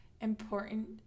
important